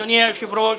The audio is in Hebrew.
אדוני היושב-ראש,